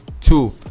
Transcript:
two